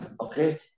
okay